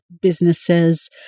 businesses